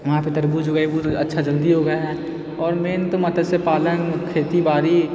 उहाँ पर तरबूज उगैबहुँ तऽ अच्छा जल्दी उगे हऽ आओर मेन तऽ मत्स्य पालन खेती बाड़ी